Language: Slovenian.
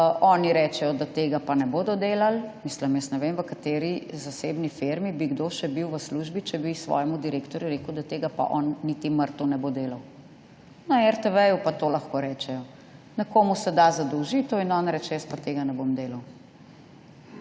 Oni rečejo, da tega pa ne bodo delali. Mislim, jaz ne vem, v kateri zasebni firmi bi kdo še bil v službi, če bi svojemu direktorju rekel, da tega pa on niti mrtev ne bo delal. Na RTV pa to lahko rečejo. Nekomu se da zadolžitev in on reče, jaz pa tega ne bom delal.